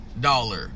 dollar